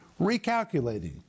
Recalculating